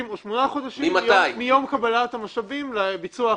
או שמונה חודשים מיום קבלת המשאבים לביצוע ההחלטה.